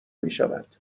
میشود